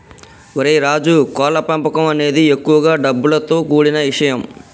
ఓరై రాజు కోళ్ల పెంపకం అనేది ఎక్కువ డబ్బులతో కూడిన ఇషయం